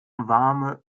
warme